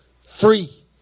free